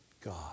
God